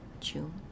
June